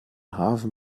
hafen